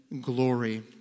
glory